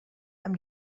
amb